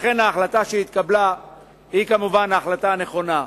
לכן, ההחלטה שהתקבלה היא כמובן ההחלטה הנכונה.